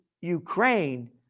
Ukraine